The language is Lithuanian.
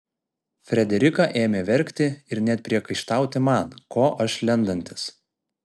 frederika ėmė verkti ir net priekaištauti man ko aš lendantis